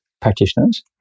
practitioners